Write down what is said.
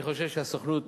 אני חושב שהסוכנות